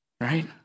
right